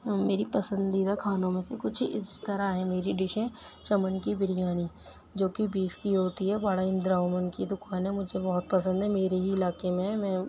میری پسندیدہ کھانوں میں سے کچھ اِس طرح ہیں میری ڈیشیں چمن کی بریانی جو کہ بیس کی ہوتی ہے باڑا ہند راؤ میں اِن کی دُکان ہے مجھے بہت پسند ہے میرے ہی علاقے میں ہے میں